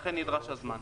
לכן נדרש הזמן.